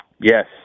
Yes